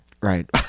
right